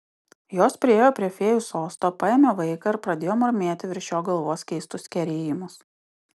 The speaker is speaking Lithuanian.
jos priėjo prie fėjų sosto paėmė vaiką ir pradėjo murmėti virš jo galvos keistus kerėjimus